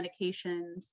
medications